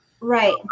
Right